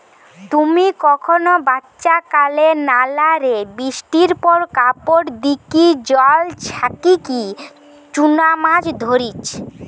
তুমি কখনো বাচ্চাকালে নালা রে বৃষ্টির পর কাপড় দিকি জল ছাচিকি চুনা মাছ ধরিচ?